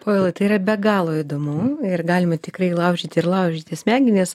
povilai tai yra be galo įdomu ir galima tikrai laužyti ir laužyti smegenis